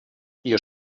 ihr